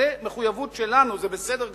זאת מחויבות שלנו, זה בסדר גמור,